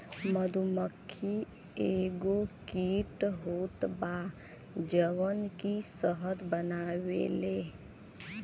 मधुमक्खी एगो कीट होत बा जवन की शहद बनावेले